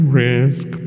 risk